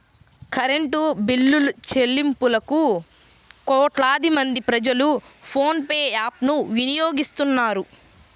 current బిల్లులుచెల్లింపులకు కోట్లాది మంది ప్రజలు ఫోన్ పే యాప్ ను వినియోగిస్తున్నారు